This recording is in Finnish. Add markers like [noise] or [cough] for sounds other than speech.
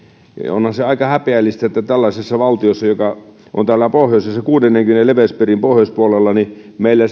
onhan se aika häpeällistä että tällaisessa valtiossa joka on täällä pohjoisessa kuudennenkymmenennen leveyspiirin pohjoispuolella meillä [unintelligible]